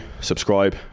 subscribe